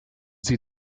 sie